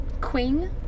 Queen